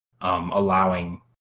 Allowing